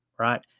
Right